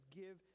give